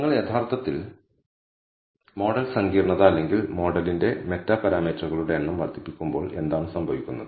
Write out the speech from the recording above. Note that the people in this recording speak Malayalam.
നിങ്ങൾ യഥാർത്ഥത്തിൽ മോഡൽ സങ്കീർണ്ണത അല്ലെങ്കിൽ മോഡലിന്റെ മെറ്റാ പാരാമീറ്ററുകളുടെ എണ്ണം വർദ്ധിപ്പിക്കുമ്പോൾ എന്താണ് സംഭവിക്കുന്നത്